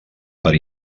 per